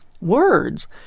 Words